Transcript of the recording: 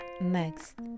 next